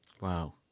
Wow